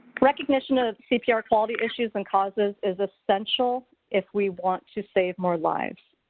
recognition of cpr quality issues and causes is essential if we want to save more lives.